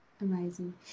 Amazing